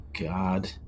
God